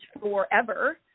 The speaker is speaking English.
forever